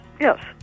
Yes